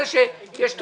זה שיש תוספות,